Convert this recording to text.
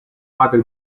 madre